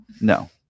No